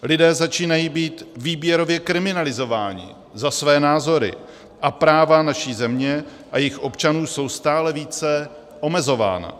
Lidé začínají být výběrově kriminalizováni za své názory a práva naší země a jejích občanů jsou stále více omezována.